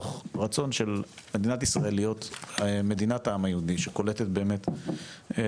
מתוך רצון של מדינת העם היהודי שקולטת עלייה.